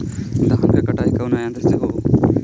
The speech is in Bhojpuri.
धान क कटाई कउना यंत्र से हो?